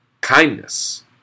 kindness